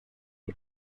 die